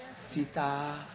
Sita